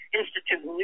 institute